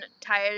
Tired